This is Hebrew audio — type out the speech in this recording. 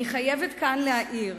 אני חייבת כאן להעיר: